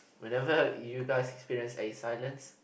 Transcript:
whenever you guys experience a silence